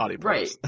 Right